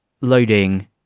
loading